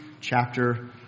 chapter